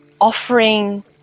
offering